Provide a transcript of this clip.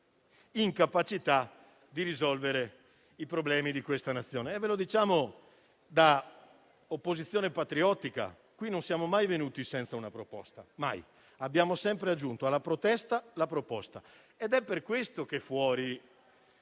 incapacità di risolvere i problemi di questa Nazione. Ve lo diciamo da opposizione patriottica. Qui non siamo mai venuti senza una proposta, abbiamo sempre aggiunto alla protesta la proposta ed è per questo che fuori,